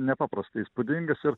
nepaprastai įspūdingas ir